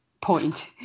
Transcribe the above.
point